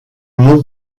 mont